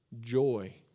joy